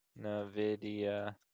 NVIDIA